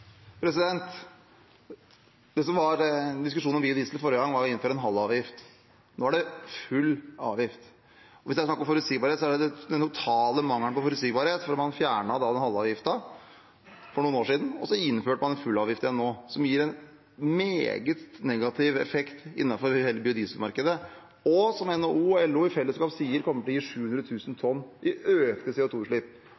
Det som var diskusjonen om biodiesel forrige gang, var å innføre halv avgift. Nå er det full avgift. Hvis det er snakk om forutsigbarhet, er det den totale mangel på forutsigbarhet, for man fjernet den halve avgiften for noen år siden, og så innførte man en full avgift igjen nå, som gir en meget negativ effekt innenfor hele biodieselmarkedet, og som NHO og LO i fellesskap sier kommer til å gi